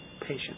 patient